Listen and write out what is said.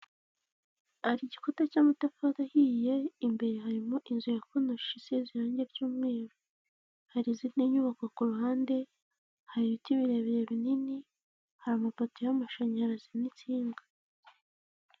Hari igikuta cy'amatafari ahiye, imbere harimo inzu ya konoshi, isize irange ry'umweru, hari izindi nyubako ku ruhande, hari ibiti birebire binini, hari amapoto y'amashanyarazi, n'insinga.